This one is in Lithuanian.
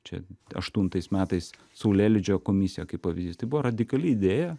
čia aštuntais metais saulėlydžio komisija kaip pavyzdys tai buvo radikali idėja